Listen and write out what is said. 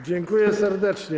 Dziękuję serdecznie.